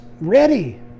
ready